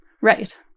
Right